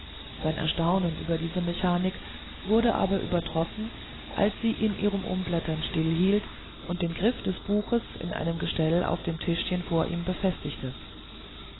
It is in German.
sein erstaunen über diese mechanik wurde aber übertroffen als sie in ihrem umblättern stillhielt und den griff des buches in einem gestell auf dem tischchen vor ihm befestigte